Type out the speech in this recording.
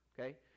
okay